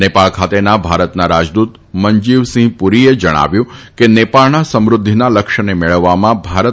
નેપાળ ખાતેના ભારતના રાજદ્દત મનજીવસિંહ પુરીએ જણાવ્યું હતું કે નેપાળના સમૃદ્ધીના લક્ષ્યને મેળવવામાં ભારત